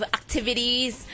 activities